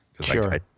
Sure